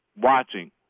watching